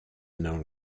known